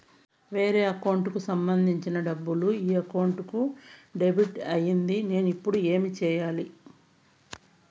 వేరే అకౌంట్ కు సంబంధించిన డబ్బు ఈ అకౌంట్ కు డెబిట్ అయింది నేను ఇప్పుడు ఏమి సేయాలి